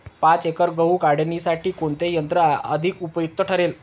पाच एकर गहू काढणीसाठी कोणते यंत्र अधिक उपयुक्त ठरेल?